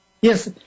Yes